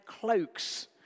cloaks